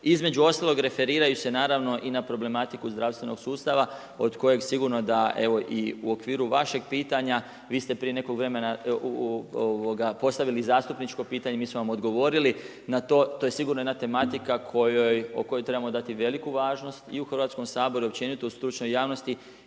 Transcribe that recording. između ostalog, referiraju se naravno i na problematiku zdravstvenog sustava, od kojeg sigurno, da evo i u okviru vašeg pitanja, vi ste prije nekog vremena, postavili zastupničko pitanje, mi smo vam odgovorili na to. To je sigurno jedna tematika kojoj, o kojoj trebamo dati veliku važnost i u Hrvatskom saboru i općenito stručnoj javnosti,